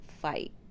fight